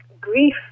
grief